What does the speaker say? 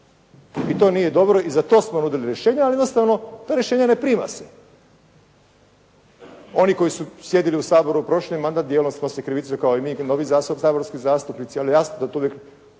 I to nije dobro i za to smo nudili rješenje, ali jednostavno to rješenje ne prinosi. Oni koji su sjedili u Saboru prošli mandati, dijelili smo si krivicu kao i mi novi saborski zastupnici, ali jasno da tu uvijek